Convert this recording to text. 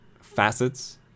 ...facets